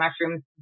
mushrooms